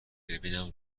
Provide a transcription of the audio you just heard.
ببینم